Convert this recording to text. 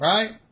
Right